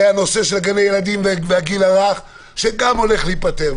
היה נושא של גני ילדים והגיל הרך שגם הולך להיפתר,